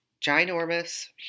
ginormous